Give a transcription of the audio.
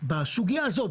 בסוגיה הזאת,